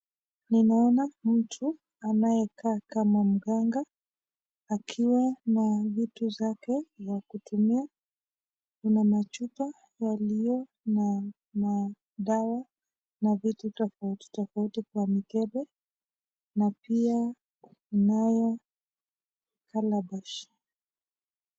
Ninaona mtu anayekaa kama mganga akiwa na vitu zake za kutumia. Kuna machupa yaliyo na madawa na vitu tofauti tofauti kwa mikebe, na pia kunayo calabash .